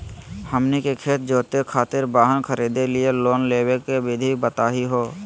हमनी के खेत जोते खातीर वाहन खरीदे लिये लोन लेवे के विधि बताही हो?